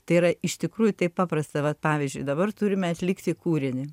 tai yra iš tikrųjų taip paprasta vat pavyzdžiui dabar turime atlikti kūrinį